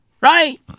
Right